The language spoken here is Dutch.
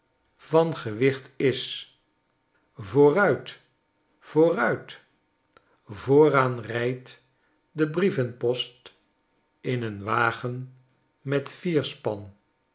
vooruit vooruit vooraan rijdt de brievenpost in een wagen met